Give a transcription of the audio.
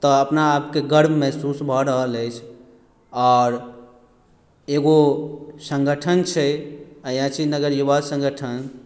तऽ अपना आपकेँ गर्व महसूस भऽ रहल अछि आओर एगो संगठन छै अयाची नगर युवा संगठन